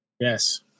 Yes